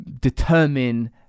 determine